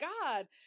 God